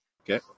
Okay